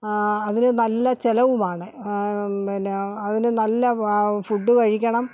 അതിന് നല്ല ചിലവുമാണ് പിന്നെ അതിന് നല്ല ഫുഡ് കഴിക്കണം